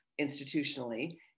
institutionally